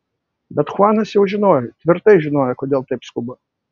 bet chuanas jau žinojo tvirtai žinojo kodėl taip skuba